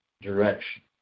direction